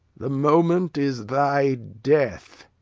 the moment is thy death.